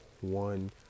one